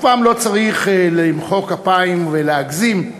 אף פעם לא צריך למחוא כפיים ולהגזים.